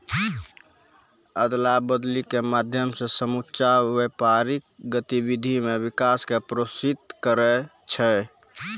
अदला बदली के माध्यम से समुच्चा व्यापारिक गतिविधि मे विकास क प्रोत्साहित करै छै